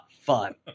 fun